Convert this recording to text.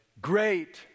Great